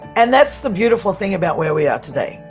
and that's the beautiful thing about where we are today.